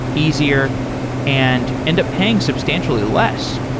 easier and end up paying substantially less.